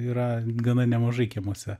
yra gana nemažai kiemuose